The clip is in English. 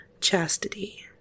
chastity